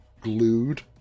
glued